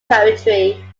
poetry